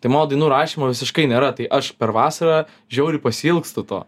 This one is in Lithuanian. tai mano dainų rašymo visiškai nėra tai aš per vasarą žiauriai pasiilgstu to